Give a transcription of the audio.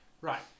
Right